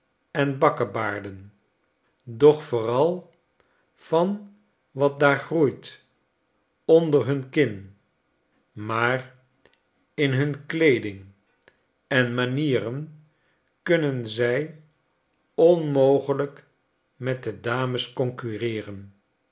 en bakkebaarden doch vooral van wat daar groeit onder hun kin maar in hun kleeding enmanieren kunnen zij onmogelijk met de dames concurreeren